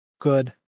good